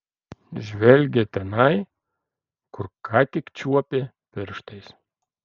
žvelgė tenai kur ką tik čiuopė pirštais